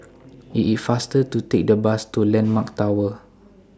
IT IS faster to Take The Bus to Landmark Tower